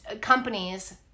companies